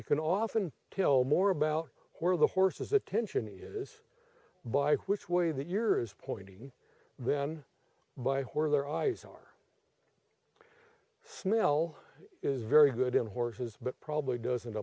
you can often tell more about where the horse is attention is by which way that year is pointing then by where their eyes are smell is very good in horses but probably doesn't